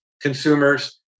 consumers